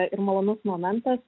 ir malonus momentas